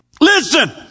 Listen